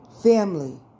Family